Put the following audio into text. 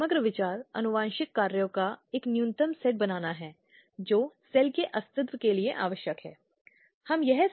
इस तरह की हिंसा पुरुषों को भी लक्षित कर सकती है लेकिन मोटे तौर पर यह जहां से शुरू होती है वह महिला है